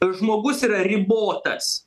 žmogus yra ribotas